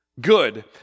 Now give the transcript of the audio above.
good